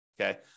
Okay